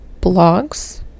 blogs